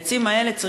העצים האלה,